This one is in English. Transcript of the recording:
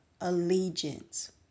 allegiance